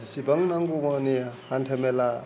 जेसेबां नांगौ मानि हान्थामेला